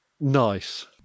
Nice